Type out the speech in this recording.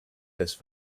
this